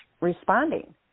responding